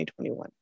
2021